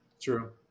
true